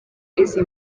izi